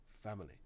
family